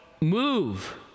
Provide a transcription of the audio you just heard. move